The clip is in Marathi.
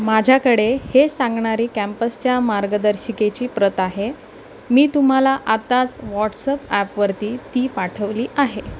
माझ्याकडे हे सांगणारी कॅम्पसच्या मार्गदर्शिकेची प्रत आहे मी तुम्हाला आत्ताच व्हॉट्सअप ॲपवरती ती पाठवली आहे